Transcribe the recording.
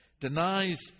Denies